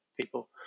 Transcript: people